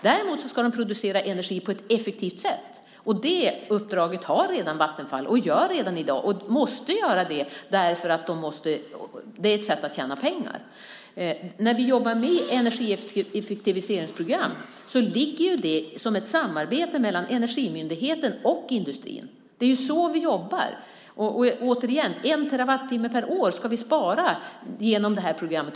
Däremot ska de producera energi på ett effektivt sätt. Och det uppdraget har redan Vattenfall och gör redan i dag. Man måste göra det därför att det är ett sätt att tjäna pengar. När vi jobbar med energieffektiviseringsprogram sker det som ett samarbete mellan Energimyndigheten och industrin. Det är ju så vi jobbar. Återigen, en terawattimme per år ska vi spara genom det här programmet.